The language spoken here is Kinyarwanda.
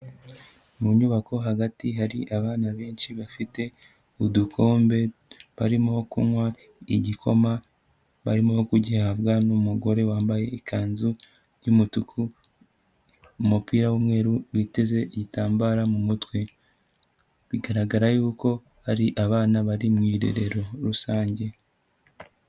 Mu nyubako hagati hari abana benshi bafite, udukombe barimo kunywa igikoma, barimo kugihabwa n'umugore wambaye ikanzu y'umutuku, umupira w'mweru, witeze igitambara mu mutwe. Bigaragara yuko, ari abana bari mu irerero rusange.